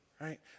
Right